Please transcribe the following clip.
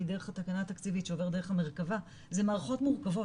דרך התקנה התקציבית שעוברת דרך מרכבה זה מערכות מורכבות,